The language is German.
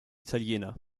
italiener